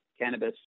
cannabis